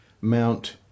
mount